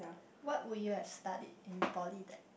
what would you have studied in poly then